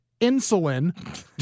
insulin